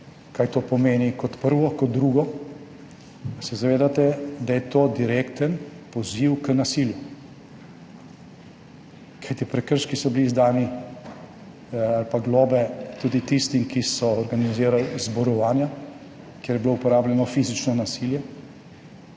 kaj to pomeni, kot prvo? Kot drugo, se zavedate, da je to direkten poziv k nasilju? Kajti prekrški in globe so bili izdani tudi tistim, ki so organizirali zborovanja, kjer je bilo uporabljeno fizično nasilje,